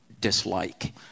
dislike